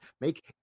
make